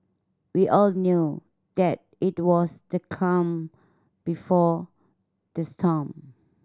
we all knew that it was the calm before the storm